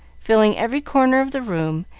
filling every corner of the room,